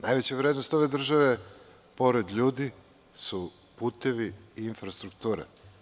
Najveća vrednost ove države, pored ljudi, su putevi i infrastruktura.